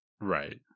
Right